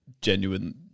genuine